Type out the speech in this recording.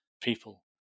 people